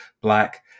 black